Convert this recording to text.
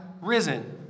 risen